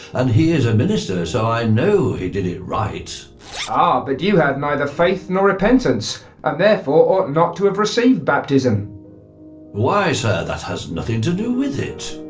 and he is a minister so i know he did it right ah but you had neither faith nor repentance and therefore ought not to have received baptism why sir that has nothing to do with it.